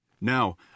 Now